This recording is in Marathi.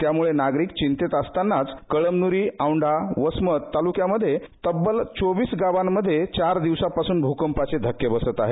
त्यामुळे नागरिक चिंतेत असतानाचं कळमन्री औैंढा वसमत तालुक्यांमध्ये तब्बल चोवीस गावांमध्ये चार दिवसांपासून भूकंपाचे धक्के बसत आहेत